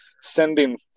sending